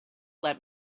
let